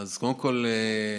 קודם כול,